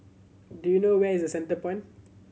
do you know where is The Centrepoint